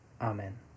Amen